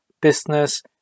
business